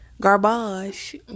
Garbage